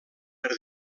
per